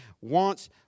wants